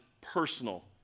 personal